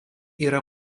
yra